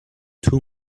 two